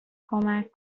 کمک